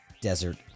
Desert